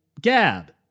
Gab